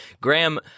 Graham